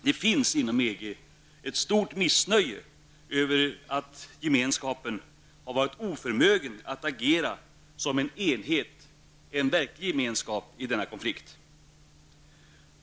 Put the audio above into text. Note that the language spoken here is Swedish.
Det finns inom EG ett stort missnöje över att gemenskapen har varit oförmögen att agera som en enhet, en verklig gemenskap, i denna konflikt.